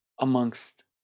amongst